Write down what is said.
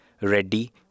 Reddy